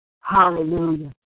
Hallelujah